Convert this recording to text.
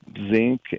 zinc